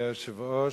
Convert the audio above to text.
גברתי היושבת-ראש,